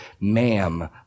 ma'am